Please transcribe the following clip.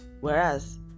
whereas